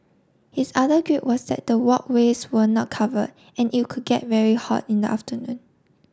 his other gripe was that the walkways were not covered and it could get very hot in the afternoon